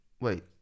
Wait